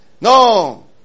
No